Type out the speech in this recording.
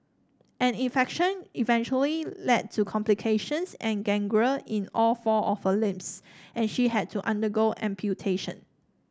an infection eventually led to complications and gangrene in all four of her limbs and she had to undergo amputation